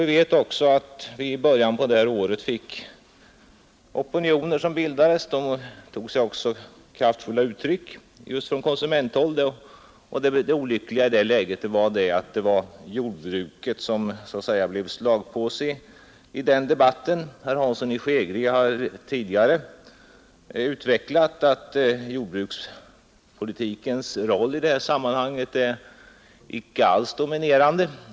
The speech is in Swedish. Vi vet också att det i början av detta år bildades opinioner som också tog sig kraftfulla uttryck just från konsumenthåll. Det olyckliga i det läget är att det var jordbruket som blev slagpåse i den debatten. Herr Hansson i Skegrie har utvecklat att jordbrukspolitikens roll i detta sammanhang inte alls är dominerande.